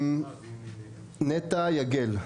נטע יגל.